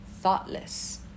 thoughtless